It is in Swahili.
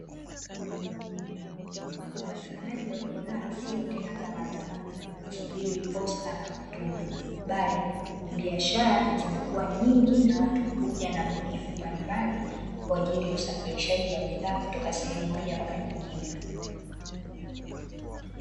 Upatikanaji wa bidhaa sio tena kama zamani, kusubiri posta na kutuma, bali biashara zimekuwa nyingi na watu kuja na bunifu mbalimbali, kwa ajili ya usafirisha wa bidhaa, kutoka sehemu moja mpaka nyingine.